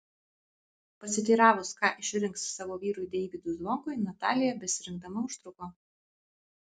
pasiteiravus ką išrinks savo vyrui deivydui zvonkui natalija besirinkdama užtruko